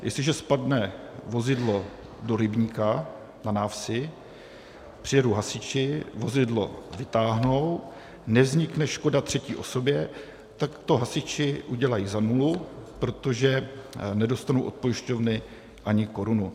Jestliže spadne vozidlo do rybníka na návsi, přijedou hasiči, vozidlo vytáhnou, nevznikne škoda třetí osobě, tak to hasiči udělají za nulu, protože nedostanou od pojišťovny ani korunu.